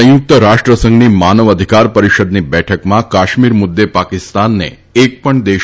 સંયુક્ત રાષ્ટ્ર સંધની માનવ અધિકાર પરિષદની બેઠકમાં કાશ્મીર મુદ્દે પાકિસ્તાનને એક પણ દેશે